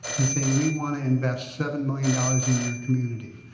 saying we want to invest seven million dollars in your community.